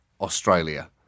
Australia